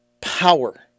power